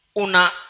Una